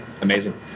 amazing